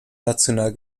national